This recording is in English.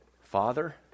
Father